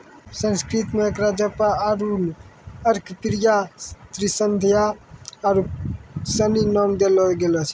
संस्कृत मे एकरा जपा अरुण अर्कप्रिया त्रिसंध्या आरु सनी नाम देलो गेल छै